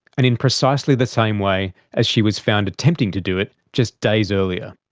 and in precisely the same way as she was found attempting to do it just days earlier.